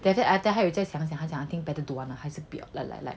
then then after that 他又在想 I think manage to run 还是不要 like